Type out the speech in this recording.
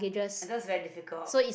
just very difficult